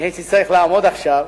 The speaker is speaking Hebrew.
הייתי צריך לעמוד עכשיו